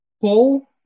Paul